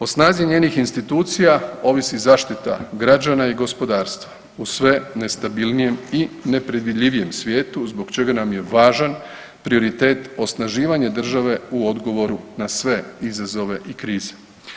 O snazi njenih institucija ovisi zaštita građana i gospodarstva u sve nestabilnijem i nepredviljivijem svijetu zbog čega nam je važan prioritet osnaživanja države u odgovoru na sve izazove i krize.